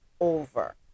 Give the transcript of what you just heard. over